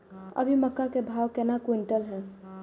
अभी मक्का के भाव केना क्विंटल हय?